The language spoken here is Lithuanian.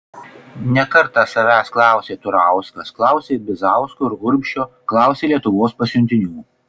ne kartą savęs klausė turauskas klausė ir bizausko ir urbšio klausė lietuvos pasiuntinių